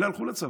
אלה הלכו לצבא,